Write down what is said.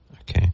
Okay